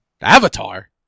Avatar